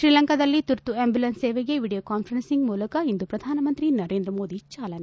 ಶ್ರೀಲಂಕಾದಲ್ಲಿ ತುರ್ತು ಆಂಬ್ಲುಲೆನ್ಸ್ ಸೇವೆಗೆ ವೀಡಿಯೋ ಕಾಸ್ವೆರೆನ್ಸಿಂಗ್ ಮೂಲಕ ಇಂದು ಪ್ರಧಾನಮಂತ್ರಿ ಮೋದಿ ಚಾಲನೆ